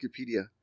Wikipedia